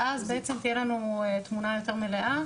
ואז בעצם תהיה לנו תמונה יותר מלאה,